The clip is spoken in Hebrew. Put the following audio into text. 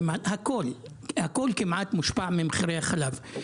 הכול כמעט מושפע ממחירי החלב,